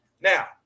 Now